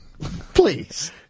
Please